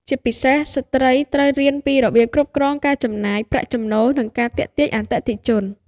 ជាពិសេស ស្ត្រីត្រូវរៀនពីរបៀបគ្រប់គ្រងការចំណាយ ប្រាក់ចំណូល និងការទាក់ទាញអតិថិជន។